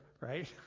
right